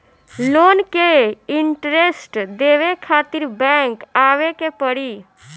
Loan के interest देवे खातिर बैंक आवे के पड़ी?